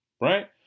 right